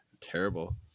Terrible